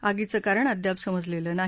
आगीचं कारण अद्याप समजलेलं नाही